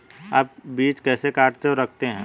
आप बीज कैसे काटते और रखते हैं?